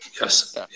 yes